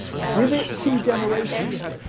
give it two generations,